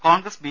Congress B